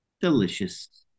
Delicious